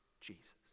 Jesus